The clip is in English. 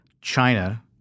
China